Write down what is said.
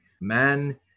man